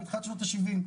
בתחילת שנות ה-70',